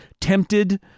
tempted